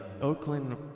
Oakland